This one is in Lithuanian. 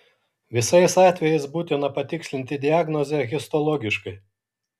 visais atvejais būtina patikslinti diagnozę histologiškai